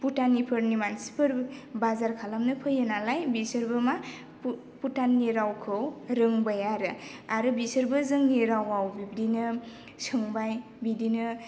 भुटाननिफोरनि मानसिफोर बाजार खालामनो फैयो नालाय बिसोरबो मा भुटाननि रावखौ रोंबाय आरो आरो बिसोरबो जोंनि रावआव बिब्दिनो सोंबाय बिदिनो